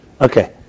Okay